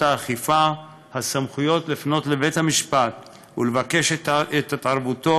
האכיפה הסמכויות לפנות לבית-המשפט ולבקש את התערבותו